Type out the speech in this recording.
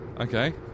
Okay